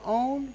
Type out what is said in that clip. own